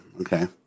okay